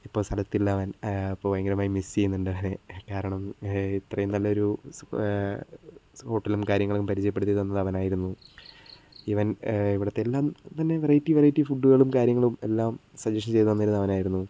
ഇപ്പോൾ സ്ഥലത്തില്ല അവൻ ഇപ്പോൾ ഭയങ്കരമായി മിസ് ചെയ്യുന്നുണ്ട് അവനെ കാരണം ഇത്രയും നല്ലൊരു സ്പോട്ടിലും കാര്യങ്ങളും പരിചയപ്പെടുത്തി തന്നതും അവനായിരുന്നു ഇവൻ ഇവിടുത്തെ എല്ലാം തന്നെ വെറൈറ്റി വെറൈറ്റി ഫുഡുകളും കാര്യങ്ങളും എല്ലാം സജഷൻ ചെയ്ത് തന്നിരുന്നത് അവനായിരുന്നു